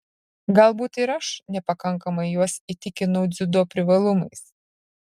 galbūt ir aš nepakankamai juos įtikinu dziudo privalumais